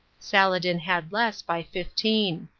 saladin had less, by fifteen.